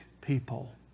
people